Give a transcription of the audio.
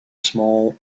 small